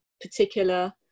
particular